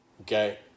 okay